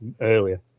earlier